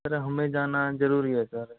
sir हमें जाना जरुरी है सर